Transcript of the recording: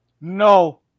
No